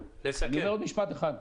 אני אומר עוד משפט אחד,